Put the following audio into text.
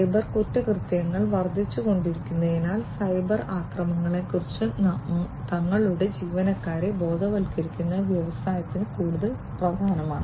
cyber കുറ്റകൃത്യങ്ങൾ വർദ്ധിച്ചുകൊണ്ടിരിക്കുന്നതിനാൽ cyber ആക്രമണങ്ങളെ കുറിച്ച് തങ്ങളുടെ ജീവനക്കാരെ ബോധവൽക്കരിക്കുന്നത് വ്യവസായത്തിന് കൂടുതൽ പ്രധാനമാണ്